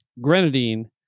grenadine